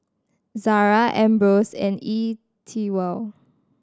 Zara Ambros and E Twow